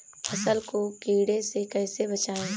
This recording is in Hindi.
फसल को कीड़े से कैसे बचाएँ?